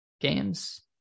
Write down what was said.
Games